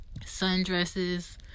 Sundresses